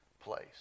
place